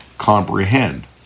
comprehend